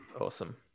awesome